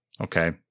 Okay